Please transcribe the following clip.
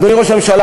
אדוני ראש הממשלה,